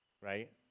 right